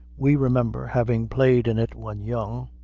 we remember having played in it when young,